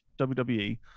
WWE